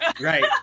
Right